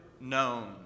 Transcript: known